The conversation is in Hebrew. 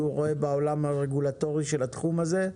רואה בעולם הרגולטורי של התחום הזה,